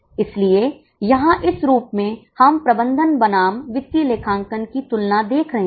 इसलिए यहां इस रूप में हम प्रबंधन बनाम वित्तीय लेखांकन की तुलना देख रहे हैं